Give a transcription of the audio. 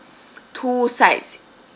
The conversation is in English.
two sides